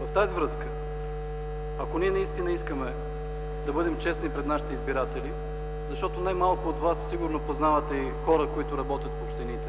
В тази връзка, ако ние наистина искаме да бъдем честни пред нашите избиратели, защото немалко от вас сигурно познават и хора, които работят в общините,